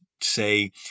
say